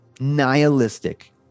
nihilistic